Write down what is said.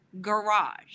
garage